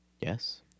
Yes